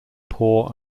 poor